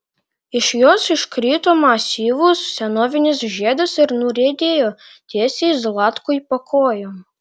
iš jos iškrito masyvus senovinis žiedas ir nuriedėjo tiesiai zlatkui po kojom